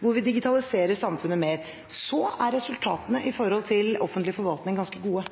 hvor vi digitaliserer samfunnet mer. Så er resultatene når det gjelder offentlig forvaltning, ganske gode.